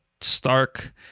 stark